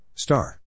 Star